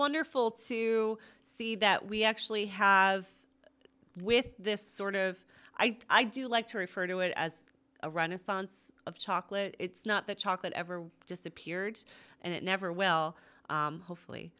wonderful to see that we actually have with this sort of i do like to refer to it as a run a stance of chocolate it's not that chocolate ever disappeared and it never will hopefully